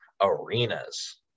arenas